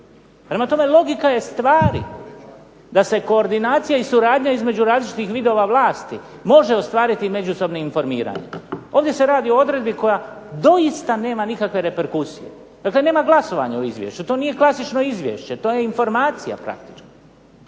Prema tome, logika je stvari da se suradnja i koordinacija između različitih vidova vlasti može ostvariti međusobnim informiranjem. Ovdje se radi o odredbi koja doista nema nikakve reperkusije, dakle, nema glasovanja o izvješću, to nije klasično izvješće to je informacija praktički.